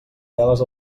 veles